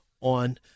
on